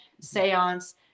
seance